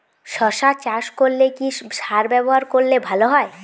শশা চাষ করলে কি সার ব্যবহার করলে ভালো হয়?